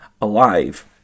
alive